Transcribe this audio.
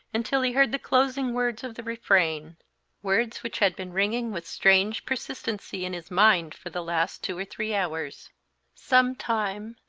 until he heard the closing words of the refrain words which had been ringing with strange persistency in his mind for the last two or three hours some time,